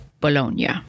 Bologna